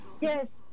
Yes